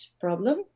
problem